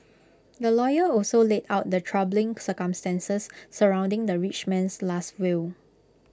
the lawyer also laid out the troubling circumstances surrounding the rich man's Last Will